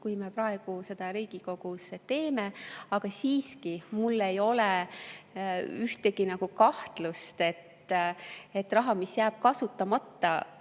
kui me praegu seda Riigikogus teeme. Aga mul ei ole siiski ühtegi kahtlust, et raha, mis jääb kasutamata,